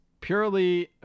purely